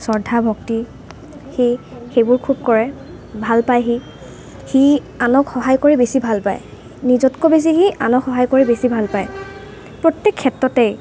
শ্ৰদ্ধা ভক্তি সি সেইবোৰ খুব কৰে ভাল পায় সি সি আনক সহায় কৰি বেছি ভাল পায় নিজতকে বেছি সি আনক সহায় কৰি বেছি ভাল পায় প্ৰত্যেক ক্ষেত্ৰতেই